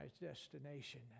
destination